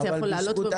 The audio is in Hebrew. אתה יכול לעלות במדרגות?